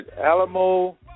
Alamo